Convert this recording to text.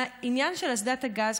העניין של אסדת הגז,